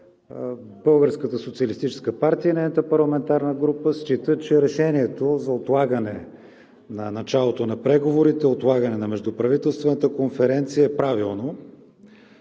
Българската социалистическа партия и нейната парламентарна група счита, че решението за отлагане на началото на преговорите, отлагане на Междуправителствената конференция е правилно.